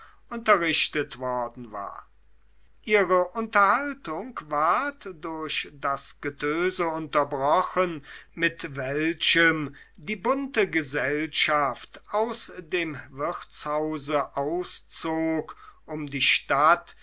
unterrichtet worden war ihre unterhaltung ward durch das getöse unterbrochen mit welchem die bunte gesellschaft aus dem wirtshause auszog um die stadt